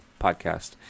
podcast